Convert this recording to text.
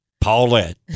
Paulette